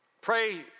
Pray